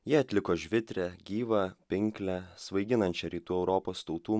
jie atliko žvitrią gyvą pinklią svaiginančią rytų europos tautų